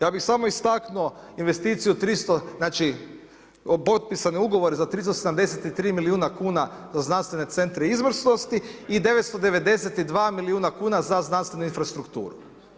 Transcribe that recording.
Ja bih samo istaknuo investiciju 300, znači, potpisani ugovor za 373 milijuna kuna za znanstvene centre izvrsnosti i 992 milijuna kuna za znanstvenu infrastrukturu.